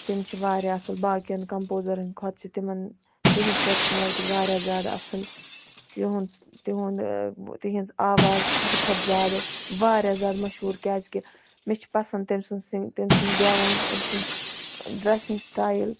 تِم چھِ واریاہ اَصٕل باقین کَمپوزَرن کھۄتہٕ چھُ تِمن تِہنز پٔرسَنیلٹی واریاہ زیادٕ اَصٕل تِہُند تِہُنٛد تِہنز آواز حدٕ کھۄتہٕ زیادٕ واریاہ زیادٕ مَشہوٗر کیازِ کہِ مےٚ چھُ پَسند تٔمۍ سُند سنٛگ تٔمۍ سُنٛد گیوُن تٔمۍ سُند ڈریسِنگ سٹایِل